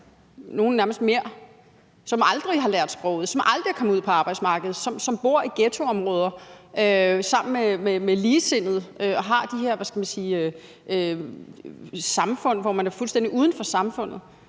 nogle nærmest mere, som aldrig har lært sproget, som aldrig er kommet ud på arbejdsmarkedet, og som bor i ghettoområder sammen med ligesindede og har de her samfund, hvor man er fuldstændig uden for samfundet.